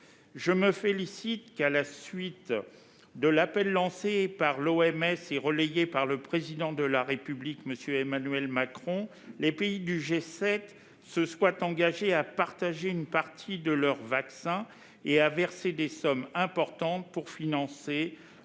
l'Organisation mondiale de la santé, l'OMS, et relayé par le Président de la République Emmanuel Macron, les pays du G7 se soient engagés à partager une partie de leurs vaccins et à verser des sommes importantes pour financer